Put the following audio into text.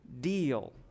deal